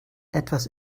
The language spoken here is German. etwas